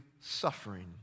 Suffering